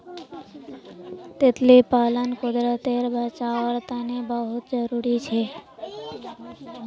तितली पालन कुदरतेर बचाओर तने बहुत ज़रूरी छे